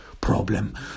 problem